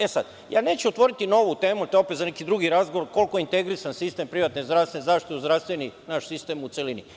E sada, neću otvoriti novu temu, to je za neki drugi razgovor, koliko je integrisan sistem privatne zdravstvene zaštite i zdravstveni sistem naš u celini?